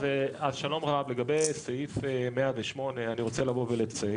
שלום רב, לגבי סעיף 108 אני רוצה לבוא ולציין.